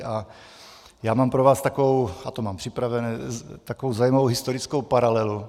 A mám pro vás takovou a to mám připravené takovou zajímavou historickou paralelu.